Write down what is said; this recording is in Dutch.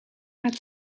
gaat